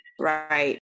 right